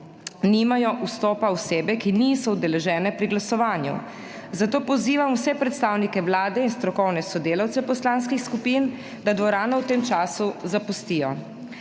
nimajo vstopa osebe, ki niso udeležene pri glasovanju, zato pozivam vse predstavnike Vlade in strokovne sodelavce poslanskih skupin, da dvorano v tem času zapustijo.